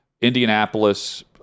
Indianapolis